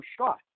shot